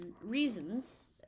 reasons